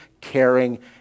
caring